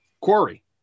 quarry